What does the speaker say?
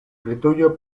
britujo